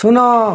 ଶୂନ